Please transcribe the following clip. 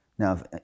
Now